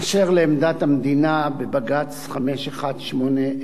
אשר לעמדת המדינה בבג"ץ 5180/12,